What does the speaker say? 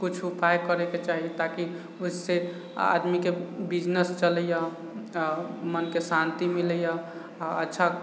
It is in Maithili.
किछु उपाइ करैके चाही ताकि ओहिसँ आदमीके बिजनेस चलैए आओर मनके शान्ति मिलैए अच्छा